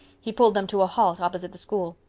he pulled them to a halt opposite the school.